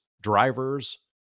drivers